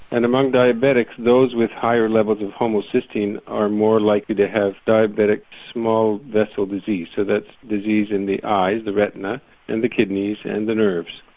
and among diabetics those with higher levels of homocysteine are more likely to have diabetic small vessel disease, so that's disease in the eyes, the retina and the kidneys and the nerves.